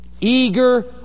eager